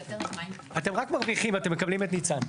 אבל אתם רק מרוויחים, אתם מקבלים את ניצן.